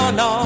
no